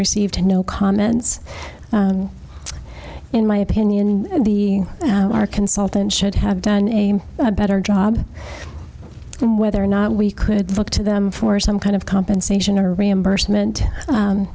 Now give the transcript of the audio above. received no comments in my opinion and b r consultant should have done a better job on whether or not we could look to them for some kind of compensation or reimbursement